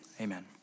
amen